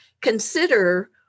consider